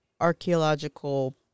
archaeological